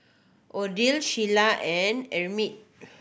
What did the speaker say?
Odile Sheila and Emit